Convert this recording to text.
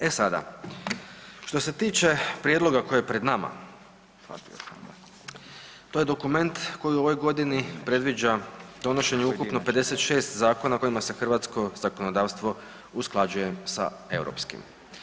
E sada, što se tiče prijedloga koji je pred nama, to je dokument koji u ovoj godini predviđa donošenje ukupno 56 zakona kojima se hrvatsko zakonodavstvo usklađuje sa europskim.